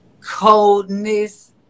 coldness